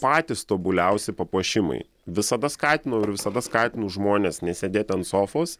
patys tobuliausi papuošimai visada skatinau ir visada skatinu žmones nesėdėti ant sofos